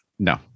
No